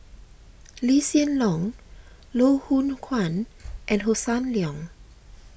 Lee Hsien Loong Loh Hoong Kwan and Hossan Leong